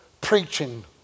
preaching